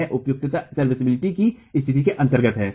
यह उपयुक्तता की स्थिति के अंतर्गत है